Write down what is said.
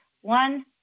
One